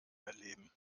erleben